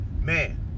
Man